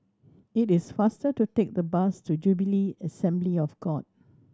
it is faster to take the bus to Jubilee Assembly of God